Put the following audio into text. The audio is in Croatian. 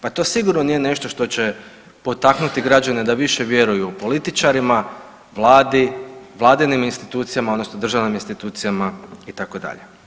Pa to sigurno nije nešto što će potaknuti građane da više vjeruju političarima, vladi, vladinim institucijama odnosno državnim institucijama itd.